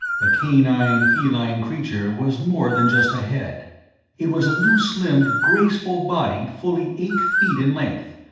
the canine-feline creature was more than just a head it was a loose-limbed, graceful body fully eight feet in length,